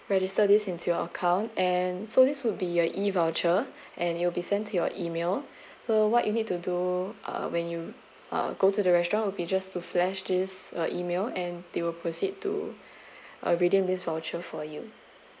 register this into your account and so this would be your E voucher and it will be sent to your email so what you need to do uh when you uh go to the restaurant would be just to flashed his uh email and they will proceed to uh redeem this voucher for you